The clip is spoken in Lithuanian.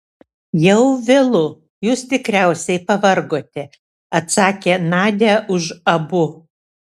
jau vėlu jūs tikriausiai pavargote atsakė nadia už abu